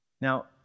Now